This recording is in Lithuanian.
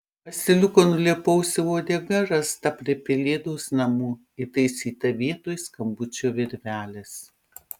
asiliuko nulėpausio uodega rasta prie pelėdos namų įtaisyta vietoj skambučio virvelės